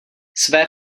své